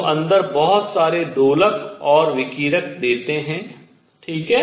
जो अंदर बहुत सारे दोलक और विकिरक देते हैं ठीक है